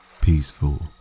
peaceful